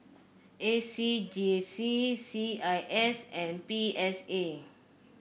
A C J C C I S and P S A